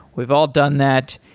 we've all done that,